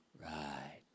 Right